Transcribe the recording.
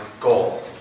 goal